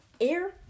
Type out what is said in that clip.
air